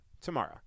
tomorrow